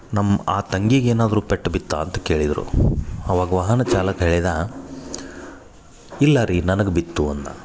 ನಮ್ಮ ಆ ತಂಗಿಗೆ ಏನಾದರು ಪೆಟ್ ಬಿತ್ತಾ ಅಂತ ಕೇಳಿದರು ಆವಾಗ ವಾಹನ ಚಾಲಕ ಹೇಳಿದ ಇಲ್ಲ ರೀ ನನಗೆ ಬಿತ್ತು ಅಂದ